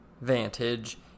vantage